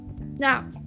Now